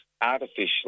artificially